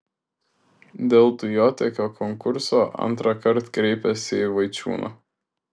dėl dujotiekio konkurso antrąkart kreipėsi į vaičiūną